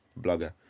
blogger